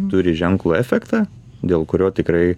turi ženklų efektą dėl kurio tikrai